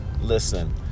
Listen